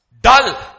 dull